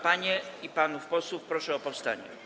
Panie i panów posłów proszę o powstanie.